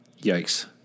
Yikes